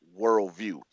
worldview